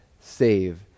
save